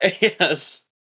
Yes